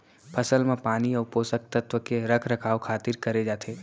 फसल म पानी अउ पोसक तत्व के रख रखाव खातिर करे जाथे